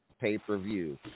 pay-per-view